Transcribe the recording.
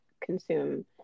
consume